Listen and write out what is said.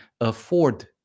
afford